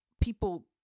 people